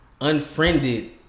unfriended